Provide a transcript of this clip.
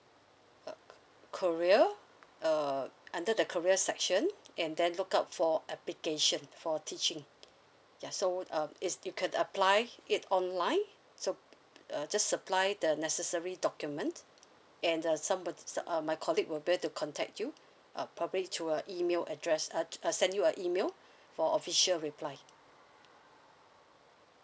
uh career uh under the career section and then look out for application for teaching yeah so um yes you could apply it online so uh just supply the necessary documents and the somebody uh my colleague will be able to contact you uh probably to a email address uh uh send you a email for official reply